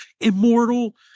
immortal